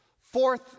fourth